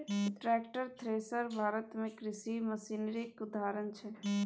tractor, thresher Bharat मे कृषि मशीनरीक उदाहरण छै